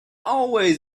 always